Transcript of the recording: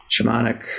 shamanic